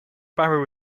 barrow